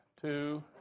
two